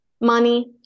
Money